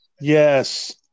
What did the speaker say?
Yes